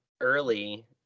early